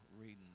reading